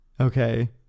Okay